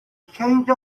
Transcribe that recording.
change